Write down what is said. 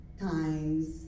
times